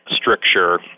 stricture